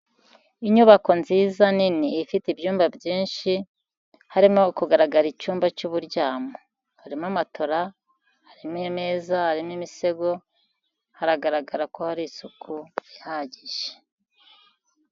Inyubako nziza nini ifite ibyumba byinshi, harimo kugaragara icyumba cy'uburyamo, harimo amatora, harimo imeza, harimo imisego, haragaragara ko hari isuku ihagije.